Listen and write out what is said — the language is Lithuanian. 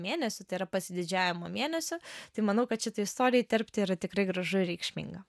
mėnesį tai yra pasididžiavimo mėnesiu tai manau kad šitą istoriją įterpti yra tikrai gražu ir reikšminga